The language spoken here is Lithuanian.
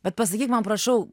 bet pasakyk man prašau